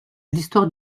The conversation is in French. l’histoire